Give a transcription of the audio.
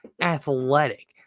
athletic